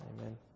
Amen